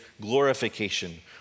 glorification